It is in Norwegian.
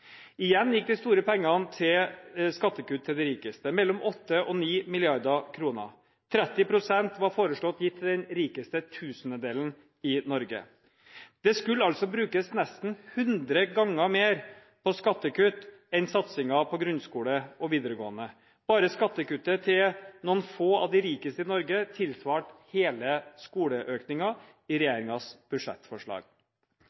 Igjen gikk de store pengene til skattekutt til de rikeste – mellom 8 mrd. og 9 mrd. kr. 30 pst. var foreslått gitt til den rikeste tusendelen i Norge. Det skulle altså brukes nesten 100 ganger mer på skattekutt enn på satsing på grunnskole og videregående skole. Bare skattekuttet til noen få av de rikeste i Norge tilsvarte hele skoleøkningen i